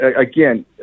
again